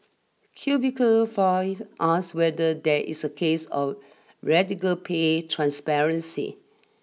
Cubicle Files ask whether there is a case of radical pay transparency